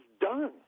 done